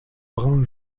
brun